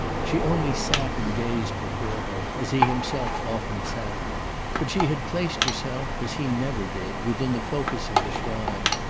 she only sat and gazed before her, as he himself often sat but she had placed herself, as he never did, within the focus of the shrine,